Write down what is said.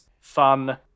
fun